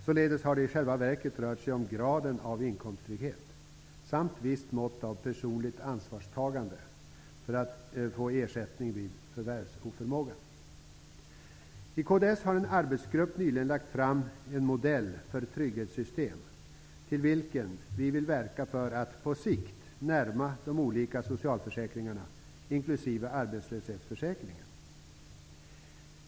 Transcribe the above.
Således har det i själva verket rört sig om graden av inkomsttrygghet samt visst mått av personligt ansvarstagande för att få ersättning vid förvärvsoförmåga. I kds har en arbetsgrupp nyligen lagt fram en modell för ett trygghetssystem, i vilket vi vill verka för att på sikt närma de olika socialförsäkringarna inklusive arbetslöshetsförsäkringen.